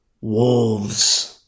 wolves